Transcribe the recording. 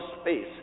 space